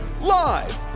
Live